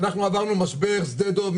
אנחנו עברנו משבר שדה דוב,